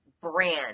brand